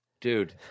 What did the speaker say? Dude